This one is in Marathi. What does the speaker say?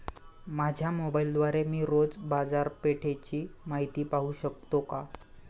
माझ्या मोबाइलद्वारे मी रोज बाजारपेठेची माहिती पाहू शकतो का?